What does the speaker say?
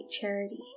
charity